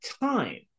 time